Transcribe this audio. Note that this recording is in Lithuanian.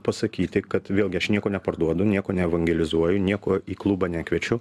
pasakyti kad vėlgi aš nieko neparduodu nieko neevangelizuoju nieko į klubą nekviečiu